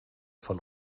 von